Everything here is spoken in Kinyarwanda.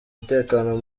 umutekano